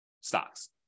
stocks